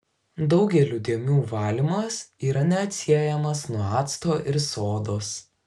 daugelio dėmių valymas yra neatsiejamas nuo acto ir sodos